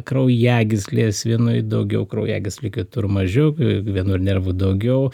kraujagyslės vienoj daugiau kraujagyslių kitur mažiau vienur nervų daugiau